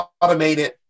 automated